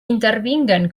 intervinguen